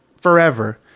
forever